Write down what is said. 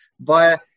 via